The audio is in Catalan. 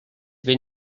ben